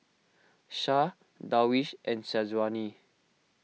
Shah Darwish and Syazwani